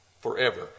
forever